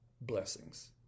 Blessings